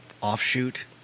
offshoot